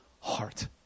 heart